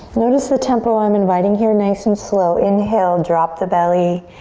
notice the tempo i'm inviting here, nice and slow. inhale, drop the belly.